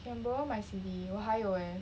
you can borrow my C_D 我还有 eh